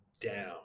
down